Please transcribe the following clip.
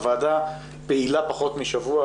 הוועדה פעילה פחות משבוע,